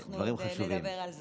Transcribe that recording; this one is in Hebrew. אנחנו עוד נדבר על זה.